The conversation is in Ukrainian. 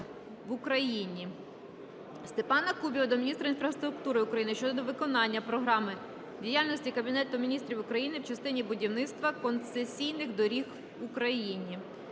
в Україні. Степана Кубіва до міністра інфраструктури України щодо виконання Програми діяльності Кабінету Міністрів України в частині будівництва концесійних доріг в Україні.